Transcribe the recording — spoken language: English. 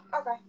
okay